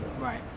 Right